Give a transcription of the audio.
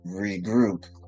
regroup